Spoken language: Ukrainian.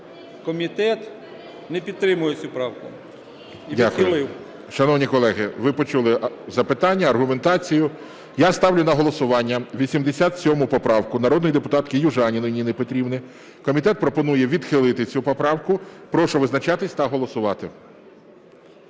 комітет не підтримує цю правку